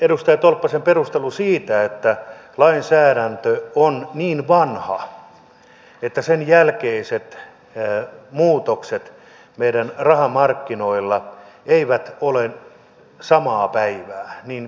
edustaja tolppasella oli perustelu siitä että lainsäädäntö on niin vanha että sen jälkeiset muutokset meidän rahamarkkinoilla eivät ole samaa päivää